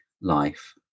life